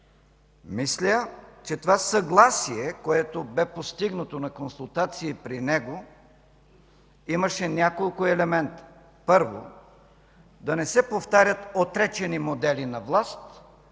Мисля, че това съгласие, което бе постигнато на консултации при него, имаше няколко елемента. Първо, да не се повтарят отречени модели на власт